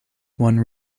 one